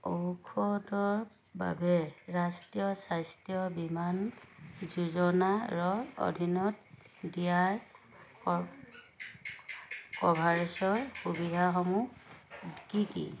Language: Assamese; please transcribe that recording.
ঔষধৰ বাবে ৰাষ্ট্ৰীয় স্বাস্থ্য বীমান যোজনাৰ অধীনত দিয়া কভাৰেজৰ সুবিধাসমূহ কি কি